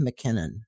McKinnon